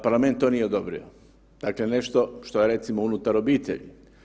Parlament to nije odobrio, dakle nešto što je, recimo, unutar obitelji.